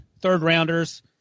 third-rounders